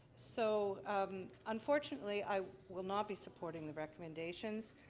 so um unfortunately, i will not be supporting the recommendations.